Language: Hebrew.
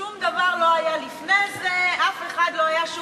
שום דבר לא היה לפני זה, אף אחד לא היה שום דבר.